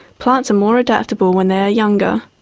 plants are more adaptable when they are younger.